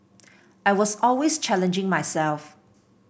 I was always challenging myself